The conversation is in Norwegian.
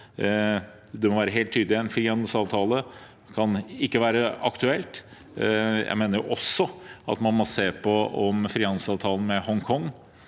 Det må være helt tydelig at en frihandelsavtale ikke kan være aktuelt. Jeg mener også at man må se på om frihandelsavtalen mellom Hongkong